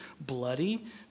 bloody